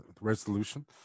resolution